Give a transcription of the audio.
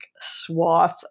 swath